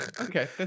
Okay